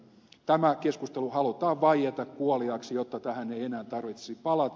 tämä keskustelu halutaan vaieta kuoliaaksi jotta tähän ei enää tarvitsisi palata